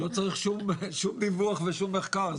לא צריך שום דיווח ושום מחקר,